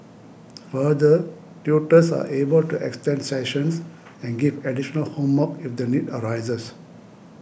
further tutors are able to extend sessions and give additional homework if the need arises